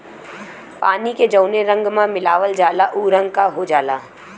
पानी के जौने रंग में मिलावल जाला उ रंग क हो जाला